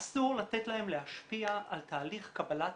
אסור לתת להם להשפיע על תהליך קבלת